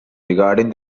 regarding